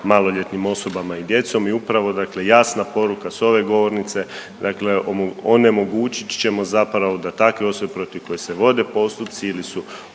maloljetnim osobama i djecom i upravo, dakle jasna poruka sa ove govornice, dakle onemogućit ćemo zapravo da takve osobe protiv kojih se vode postupci ili su